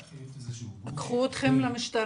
להיות איזה שהוא גוף --- לקחו את אתכם למשטרה,